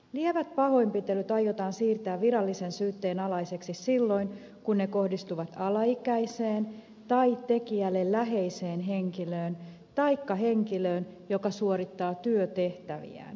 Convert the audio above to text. lievät pahoinpitelyt aiotaan siirtää virallisen syytteen alaisiksi silloin kun ne kohdistuvat alaikäiseen tai tekijälle läheiseen henkilöön taikka henkilöön joka suorittaa työtehtäviään